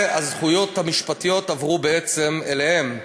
והזכויות המשפטיות עברו בעצם אליהם.